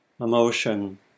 emotion